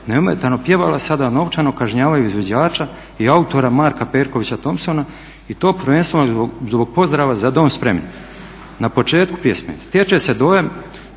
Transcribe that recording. neometano pjevala sada novčano kažnjavaju izvođača i autora Marka Perkovića Thompsona i to prvenstveno zbog pozdrava "Za dom spremni" na početku pjesme. Stječe se dojam